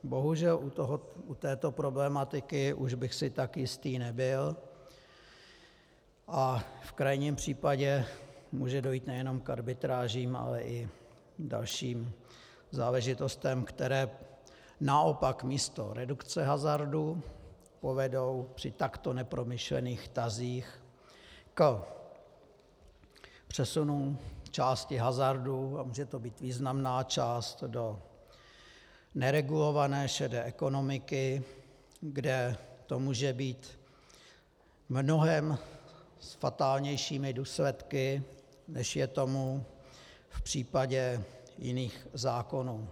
Bohužel u této problematiky už bych si tak jistý nebyl a v krajním případě může dojít nejenom k arbitrážím, ale i k dalším záležitostem, které naopak místo redukce hazardu povedou při takto nepromyšlených tazích k přesunům části hazardu, a může to být významná část, do neregulované šedé ekonomiky, kde to může být s mnohem fatálnějšími důsledky, než je tomu v případě jiných zákonů.